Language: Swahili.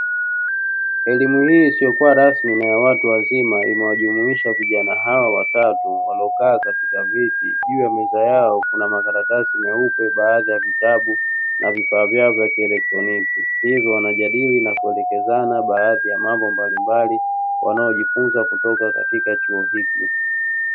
Elimu hii isiyokuwa rasmi na ya watu wazima imewajumuisha vijana hawa watatu waliokaa katika viti. Juu ya meza yao kuna makaratasi meupe, baadhi ya vitabu na vifaa vyao vya kielektroniki, hivyo wanajadili na kuelekezana baadhi ya mambo mbalimbali wanayojifunza kutoka katika chuo hiki.